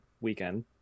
weekend